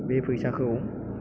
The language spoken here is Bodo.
बे फैसाखौ